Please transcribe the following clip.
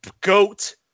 goat